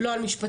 לא על משפטים,